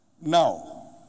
Now